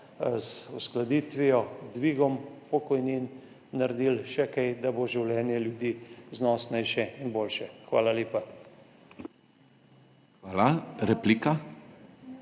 z uskladitvijo, z dvigom pokojnin naredili še kaj, da bo življenje ljudi znosnejše in boljše. Hvala lepa. **PODPREDSEDNIK